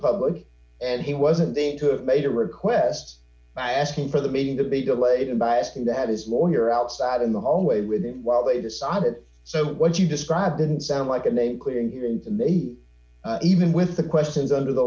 public and he wasn't there to have made a request by asking for the meeting to be delayed by asking that his lawyer outside in the hallway with him while they decided so what you described didn't sound like a name clearing hearing to me even with the questions under the